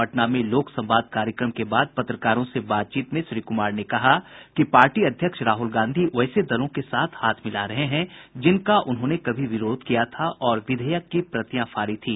पटना में लोक संवाद कार्यक्रम के बाद पत्रकारों से बातचीत में श्री कुमार ने कहा कि पार्टी अध्यक्ष राहुल गांधी वैसे दलों के साथ हाथ मिला रहे हैं जिनका उन्होंने कभी विरोध किया था और विधेयक की प्रतियां फाड़ी थी